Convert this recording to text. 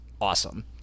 awesome